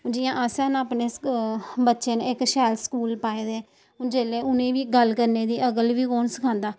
जि'यां असें ना अपने बच्चे न इक शैल स्कूल पाए दे जेल्लै उ'नें गी बी गल्ल करने दी अकल बी कु'न सखांदा